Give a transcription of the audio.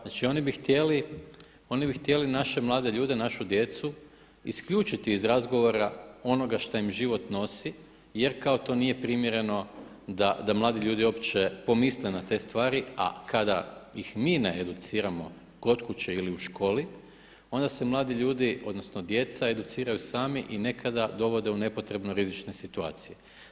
Znači oni bi htjeli naše mlade ljude, našu djecu isključiti iz razgovora onoga šta im život nosi jer kao to nije primjereno da mladi ljudi uopće pomisle na te stvari, a kada mi ih ne educiramo kod kuće ili u školi onda se mladi ljudi odnosno djeca educiraju sami i nekada dovode u nepotrebne rizične situacije.